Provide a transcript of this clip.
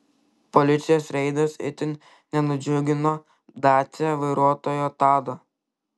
policijos reidas itin nenudžiugino dacia vairuotojo tado